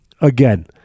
again